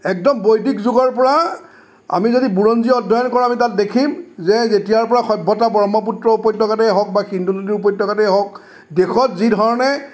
একদম বৈদিক যুগৰ পৰা আমি যদি বুৰঞ্জী অধ্যয়ন কৰোঁ আমি তাত দেখিম যে যেতিয়াৰ পৰা সভ্যতা ব্ৰহ্মপুত্ৰ উপত্যকাতেই হওঁক বা সিন্ধু নদীৰ উপত্যকাতেই হওঁক দেশত যি ধৰণে